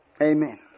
Amen